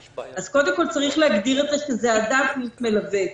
אז קודם כול צריך להגדיר, שזה אדם פלוס מלווה.